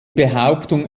behauptung